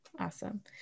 Awesome